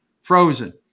frozen